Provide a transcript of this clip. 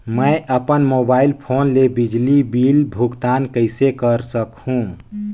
मैं अपन mobile phone ले बिजली पानी बिल भुगतान कइसे कर सकहुं?